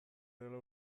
dela